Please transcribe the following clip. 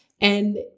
And-